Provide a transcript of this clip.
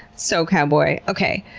so cowboy. okay.